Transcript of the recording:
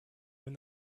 when